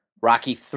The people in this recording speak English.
Rocky